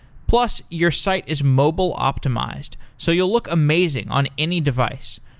plus, your site is mobile optimized so you'll look amazing on any device.